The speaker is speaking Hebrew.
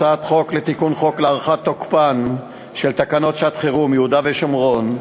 הצעת חוק להארכת תוקפן של תקנות שעת-חירום (יהודה ושומרון,